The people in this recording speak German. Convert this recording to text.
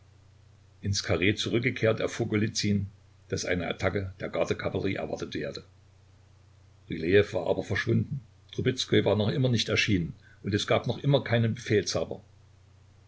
ins karree zurückgekehrt erfuhr golizyn daß eine attacke der gardekavallerie erwartet werde rylejew war aber verschwunden trubezkoi war noch immer nicht erschienen und es gab noch immer keinen